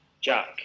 Jack